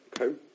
Okay